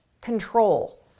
control